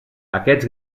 aquests